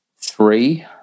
three